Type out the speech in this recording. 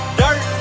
dirt